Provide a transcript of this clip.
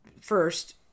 first